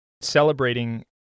celebrating